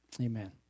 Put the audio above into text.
amen